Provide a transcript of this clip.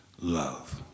love